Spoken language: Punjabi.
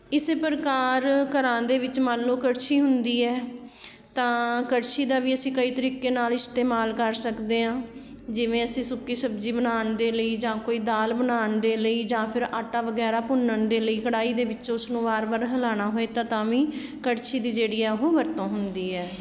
ਇਸ ਪ੍ਰਕਾਰ ਘਰਾਂ ਦੇ ਵਿੱਚ ਮੰਨ ਲਉ ਕੜਛੀ ਹੁੰਦੀ ਹੈ ਤਾਂ ਕੜਛੀ ਦਾ ਵੀ ਅਸੀਂ ਕਈ ਤਰੀਕੇ ਨਾਲ ਇਸਤੇਮਾਲ ਕਰ ਸਕਦੇ ਹਾਂ ਜਿਵੇਂ ਅਸੀਂ ਸੁੱਕੀ ਸਬਜ਼ੀ ਬਣਾਉਣ ਦੇ ਲਈ ਜਾਂ ਕੋਈ ਦਾਲ ਬਣਾਉਣ ਦੇ ਲਈ ਜਾਂ ਫੇਰ ਆਟਾ ਵਗੈਰਾ ਭੁੰਨਣ ਦੇ ਲਈ ਕੜਾਹੀ ਦੇ ਵਿੱਚੋਂ ਉਸ ਨੂੰ ਵਾਰ ਵਾਰ ਹਿਲਾਉਣਾ ਹੋਏ ਤਾਂ ਵੀ ਕੜਛੀ ਦੀ ਜਿਹੜੀ ਹੈ ਉਹ ਵਰਤੋਂ ਹੁੰਦੀ ਹੈ